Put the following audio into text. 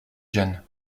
jeunes